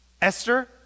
Esther